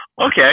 Okay